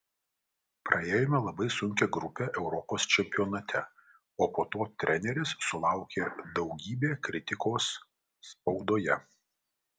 praėjome labai sunkią grupę europos čempionate o po to treneris sulaukė daugybę kritikos spaudoje